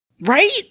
Right